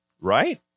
right